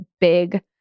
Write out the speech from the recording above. big